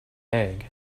egg